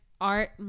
Art